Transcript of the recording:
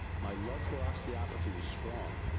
my love for osteopathy was strong.